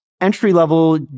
entry-level